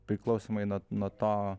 priklausomai nuo nuo to